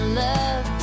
love